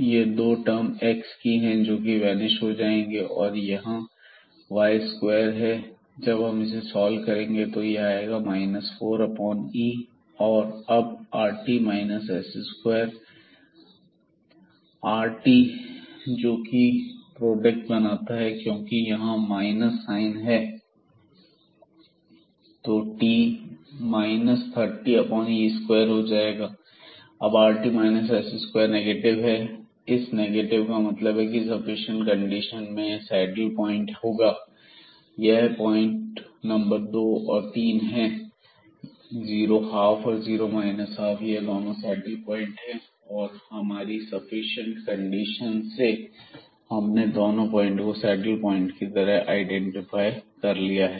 यह दो term x की हैं जोकि वैनिश हो जाएंगे और यहां y4 है तो जब हम इसे सॉल्व करेंगे तो यह आएगा 4e और अब rt s2 rt जोकि यहां प्रोडक्ट बनाता है और क्योंकि यहां पर माइनस साइन है तो t 30e2 हो जाएगा अब rt s2 नेगेटिव है इस नेगेटिव का मतलब है की सफिशिएंट कंडीशन में यह सैडल पॉइंट होगा यह पॉइंट नंबर दो और तीन है 012 और 0 12 यह दोनों सैडल पॉइंट है और हमारी सफिशिएंट कंडीशन से हमने इन दोनों पॉइंट को सैडल पॉइंट की तरह आईडेंटिफाई कर लिया है